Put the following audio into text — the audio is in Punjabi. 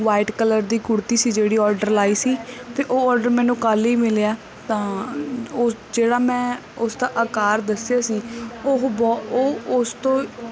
ਵਾਈਟ ਕਲਰ ਦੀ ਕੁੜਤੀ ਸੀ ਜਿਹੜੀ ਔਡਰ ਲਾਈ ਸੀ ਤੇ ਉਹ ਔਡਰ ਮੈਨੂੰ ਕੱਲ ਹੀ ਮਿਲਿਆ ਤਾਂ ਉਹ ਜਿਹੜਾ ਮੈਂ ਉਸ ਦਾ ਆਕਾਰ ਦੱਸਿਆ ਸੀ ਉਹ ਬੋ ਉਹ ਉਸ ਤੋਂ